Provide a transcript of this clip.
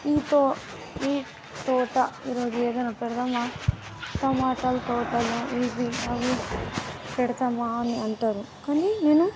ఈ తో ఈ తోట ఈరోజు ఏదైనా పెడదామా టమాటలు తోటలు ఇవి అవి పెడతామా అని అంటారు కానీ నేను